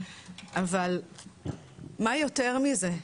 אבל מה יותר מזה,